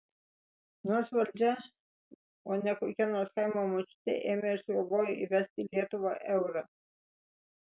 nors valdžia o ne kokia nors kaimo močiutė ėmė ir sugalvojo įvesti į lietuvą eurą